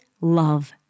love